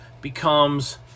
becomes